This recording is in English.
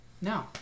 No